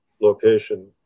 location